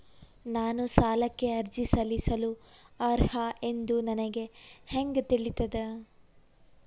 ನಾನು ಸಾಲಕ್ಕೆ ಅರ್ಜಿ ಸಲ್ಲಿಸಲು ಅರ್ಹ ಎಂದು ನನಗೆ ಹೆಂಗ್ ತಿಳಿತದ?